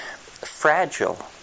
fragile